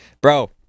Bro